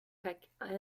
pack